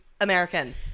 american